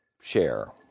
share